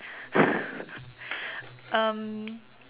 um